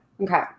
Okay